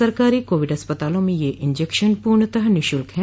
सरकारी कोविड अस्पतालों में यह इंजेक्शन पूर्णतः निःशल्क हैं